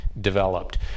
developed